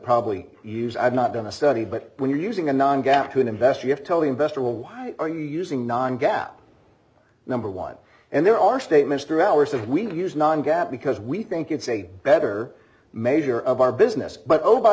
probably use i've not done a study but when you're using a non gap to an investor you have to tell the investor well why are you using non gap number one and there are statements through hours of we use non gap because we think it's a better measure of our business but oh by